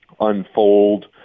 unfold